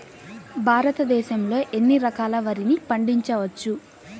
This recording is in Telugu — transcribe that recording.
భారతదేశంలో ఎన్ని రకాల వరిని పండించవచ్చు